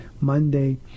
Monday